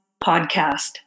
podcast